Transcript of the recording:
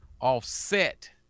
offset